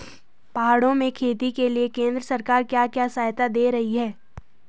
पहाड़ों में खेती के लिए केंद्र सरकार क्या क्या सहायता दें रही है?